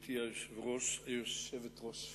גברתי היושבת-ראש,